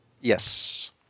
Yes